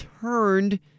turned